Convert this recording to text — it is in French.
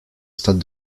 stade